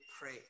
pray